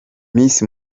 miss